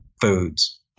foods